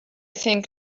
think